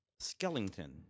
Skellington